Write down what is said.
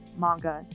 manga